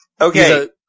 Okay